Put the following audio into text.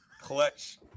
clutch